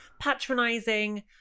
Patronizing